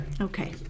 Okay